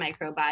microbiome